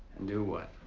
and do what?